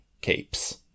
capes